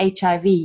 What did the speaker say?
HIV